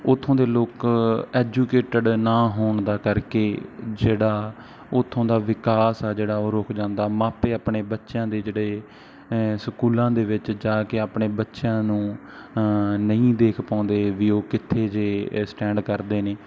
ਉੱਥੋਂ ਦੇ ਲੋਕ ਐਜੂਕੇਟਡ ਨਾ ਹੋਣ ਦਾ ਕਰਕੇ ਜਿਹੜਾ ਉੱਥੋਂ ਦਾ ਵਿਕਾਸ ਆ ਜਿਹੜਾ ਉਹ ਰੁਕ ਜਾਂਦਾ ਮਾਪੇ ਆਪਣੇ ਬੱਚਿਆਂ ਦੇ ਜਿਹੜੇ ਸਕੂਲਾਂ ਦੇ ਵਿੱਚ ਜਾ ਕੇ ਆਪਣੇ ਬੱਚਿਆਂ ਨੂੰ ਨਹੀਂ ਦੇਖ ਪਾਉਂਦੇ ਵੀ ਉਹ ਕਿੱਥੇ ਜੇ ਇ ਸਟੈਂਡ ਕਰਦੇ ਨੇ